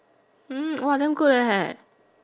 mm !wah! damn good leh